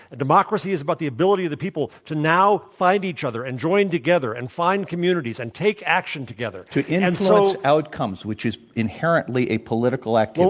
and democracy is about the ability of the people to now find each other and join together and find communities and take action together. to inflex and sort of outcomes, which is inherently a political activity,